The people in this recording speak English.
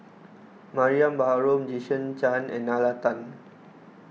Mariam Baharom Jason Chan and Nalla Tan